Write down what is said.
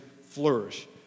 flourish